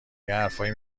یاحرفایی